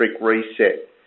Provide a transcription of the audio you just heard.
reset